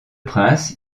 princes